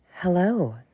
Hello